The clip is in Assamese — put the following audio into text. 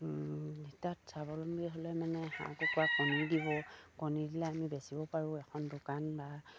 তাত স্বাৱলম্বী হ'লে মানে হাঁহ কুকুৰা কণী দিব কণী দিলে আমি বেচিব পাৰোঁ এখন দোকান বা